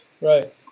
Right